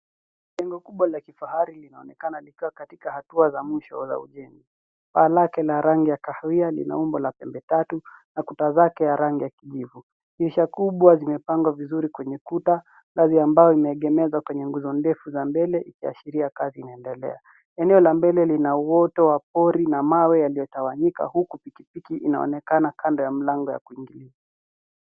Jengo kubwa la kifahari linaonekana likiwa katika hatua za mwisho ja ujenzi. Paa lake lina rangi ya kahawia na umbo la pembetatu na kuta zake ya rangi ya kijivu. Dirisha kubwa limepangwa vizuri kwenye kuta na viambaa vimeegemezwa kwenye nguzo ndefu za mbele ikiashiria kazi inaendelea. Eneo la mbele lina uoto wa pori na mawe yaliyotawanyika huku pikipiki inaonekana kando ya mlango ya kuingia.